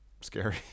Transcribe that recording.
scary